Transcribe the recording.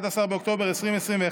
11 באוקטובר 2021,